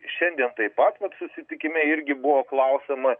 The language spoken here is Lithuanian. šiandien taip pat vat susitikime irgi buvo klausiama